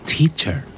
Teacher